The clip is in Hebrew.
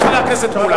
חבר הכנסת והבה,